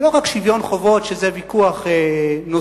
לא רק שוויון חובות, שזה ויכוח נוסף,